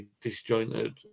disjointed